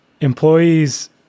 employees